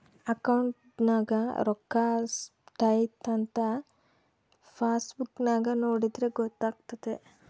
ಅಕೌಂಟ್ನಗ ರೋಕ್ಕಾ ಸ್ಟ್ರೈಥಂಥ ಪಾಸ್ಬುಕ್ ನಾಗ ನೋಡಿದ್ರೆ ಗೊತ್ತಾತೆತೆ